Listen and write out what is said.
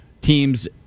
teams